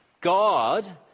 God